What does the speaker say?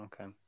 okay